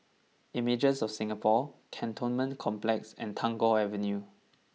Images of Singapore Cantonment Complex and Tagore Avenue